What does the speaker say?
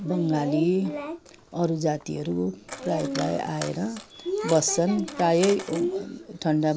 बङ्गाली अरू जातिहरू प्रायः प्रायः आएर बस्छन् प्रायै